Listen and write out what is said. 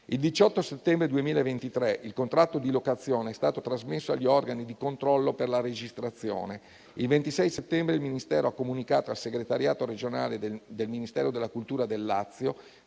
Il 18 settembre 2023 il contratto di locazione è stato trasmesso agli organi di controllo per la registrazione. Il 26 settembre il Ministero ha comunicato al segretariato regionale del Ministero della cultura del Lazio